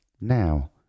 now